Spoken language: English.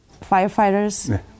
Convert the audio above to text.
firefighters